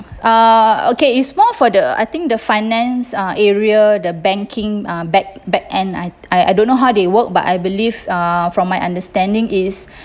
uh okay it's more for the I think the finance uh area the banking um back backend I I I don't know how they work but I believe uh from my understanding is